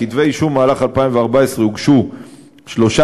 כתבי-אישום: במהלך 2014 הוגשו שלושה